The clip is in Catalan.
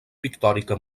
pictòrica